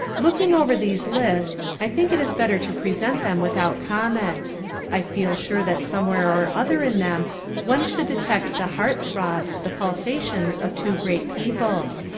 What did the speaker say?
looking over these lists, i think it is better to present them without comment i feel sure that somewhere or other in them one should detect the heart-throbs, the pulsations of two great peoples.